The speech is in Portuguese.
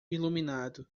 iluminado